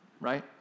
right